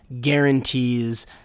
guarantees